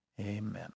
Amen